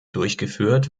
durchgeführt